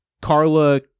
Carla